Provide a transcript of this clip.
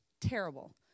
terrible